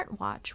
smartwatch